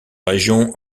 région